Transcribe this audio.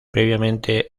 previamente